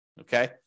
Okay